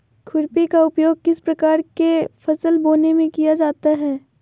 खुरपी का उपयोग किस प्रकार के फसल बोने में किया जाता है?